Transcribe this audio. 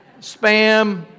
Spam